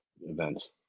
events